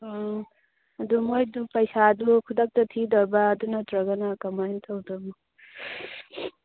ꯑꯣ ꯑꯗꯨ ꯃꯣꯏꯗꯨ ꯄꯩꯁꯥꯗꯨ ꯈꯨꯗꯛꯇ ꯊꯤꯗꯣꯏꯕ꯭ꯔꯥ ꯑꯗꯨ ꯅꯠꯇ꯭ꯔꯒꯅ ꯀꯃꯥꯏꯅ ꯇꯧꯗꯣꯏꯅꯣ